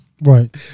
right